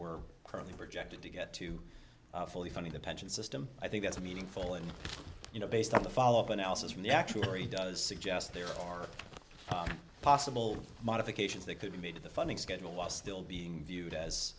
we're currently projected to get to fully funded the pension system i think that's meaningful and you know based on the follow up analysis from the actuary does suggest there are pop simple modifications that could be made to the funding schedule last still being viewed as